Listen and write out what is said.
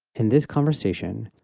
in this conversation,